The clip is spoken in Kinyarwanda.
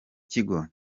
kigo